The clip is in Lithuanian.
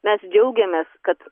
mes džiaugiamės kad